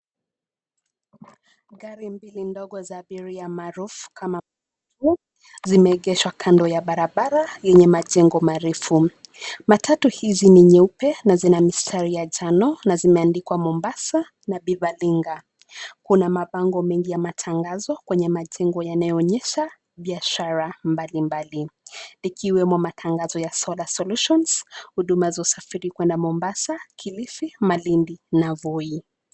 Gari mbili ndogo za abiria maarufu kama matatu zimeegeshwa kando ya barabara yenye majengo marefu. Matatu hizi ni nyeupe na zina mistari ya njano na zimeandikwa Mombasa na Beaverline. Kuna mabango mengi ya matangazo kwenye majengo yanaonyesha biashara mbalimbali ikiwemo matangazo ya Solar Solutions, huduma za usafiri kuenda Mombasa, Kilifi, Malindi na Voi.